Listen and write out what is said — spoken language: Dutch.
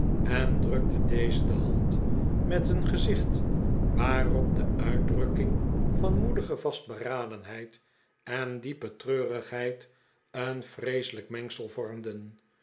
en drukte deze de hand met een gezicht waarop de uitdrukking van moedige vastberadenheid en diepe treurigheid een vreeselijk mengsel vbrmden